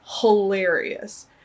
hilarious